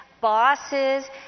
bosses